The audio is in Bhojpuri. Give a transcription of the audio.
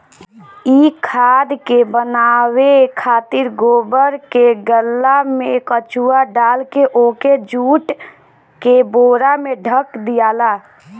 इ खाद के बनावे खातिर गोबर के गल्ला में केचुआ डालके ओके जुट के बोरा से ढक दियाला